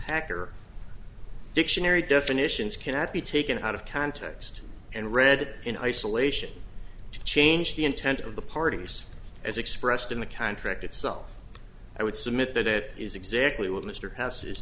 hacker dictionary definitions cannot be taken out of context and read in isolation to change the intent of the parties as expressed in the contract itself i would submit that it is exactly what mr